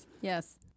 Yes